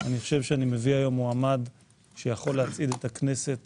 אני מביא היום מועמד שיכול להצעיד את הכנסת